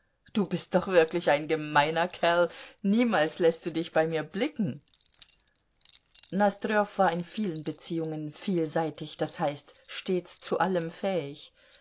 du bist doch wirklich ein gemeiner kerl niemals läßt du dich bei mir blicken nosdrjow war in vielen beziehungen vielseitig das heißt stets zu allem fähig